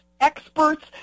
experts